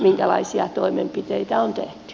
minkälaisia toimenpiteitä on tehty